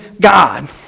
God